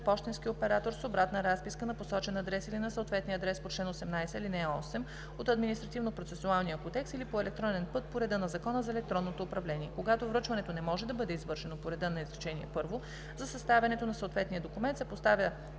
пощенски оператор с обратна разписка на посочен адрес или на съответния адрес по чл. 18а, ал. 8 от Административнопроцесуалния кодекс или по електронен път по реда на Закона за електронното управление. Когато връчването не може да бъде извършено по реда на изречение първо, за съставянето на съответния документ се поставя